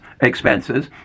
expenses